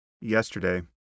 yesterday